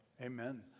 Amen